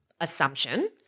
assumption